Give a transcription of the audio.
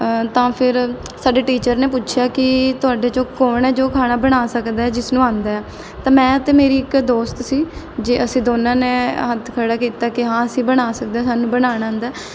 ਤਾਂ ਫਿਰ ਸਾਡੇ ਟੀਚਰ ਨੇ ਪੁੱਛਿਆ ਕਿ ਤੁਹਾਡੇ 'ਚੋਂ ਕੌਣ ਹੈ ਜੋ ਖਾਣਾ ਬਣਾ ਸਕਦਾ ਜਿਸ ਨੂੰ ਆਉਂਦਾ ਆ ਤਾਂ ਮੈਂ ਅਤੇ ਮੇਰੀ ਇੱਕ ਦੋਸਤ ਸੀ ਜੇ ਅਸੀਂ ਦੋਨਾਂ ਨੇ ਹੱਥ ਖੜ੍ਹਾ ਕੀਤਾ ਕਿ ਹਾਂ ਅਸੀਂ ਬਣਾ ਸਕਦੇ ਸਾਨੂੰ ਬਣਾਉਣਾ ਆਉਂਦਾ